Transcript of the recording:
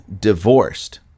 divorced